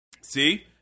See